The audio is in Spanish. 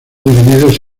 divididos